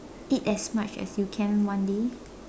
eat as much as you can one day